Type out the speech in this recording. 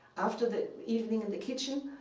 after the evening in the kitchen,